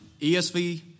ESV